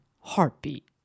heartbeat